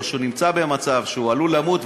או שהוא נמצא במצב שהוא עלול למות,